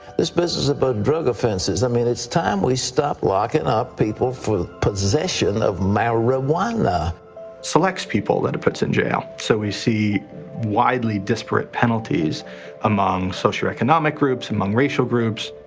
this business about drug offenses i mean it's time we stopped locking up people for possession of marijuana. it selects people that it puts in jail, so we see widely disparate penalties among socioeconomic groups among racial groups.